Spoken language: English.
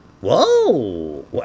Whoa